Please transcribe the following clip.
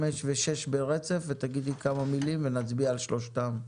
5 ו-6 ברצף ותגידי כמה מילים ונצביע על שלושתן.